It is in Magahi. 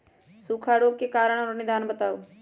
सूखा रोग के कारण और निदान बताऊ?